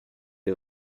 des